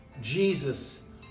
Jesus